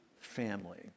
family